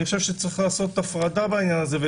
אני חושב שצריך לעשות הפרדה בעניין הזה יהיה